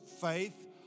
faith